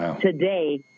today